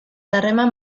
harreman